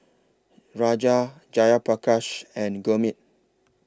Raja Jayaprakash and Gurmeet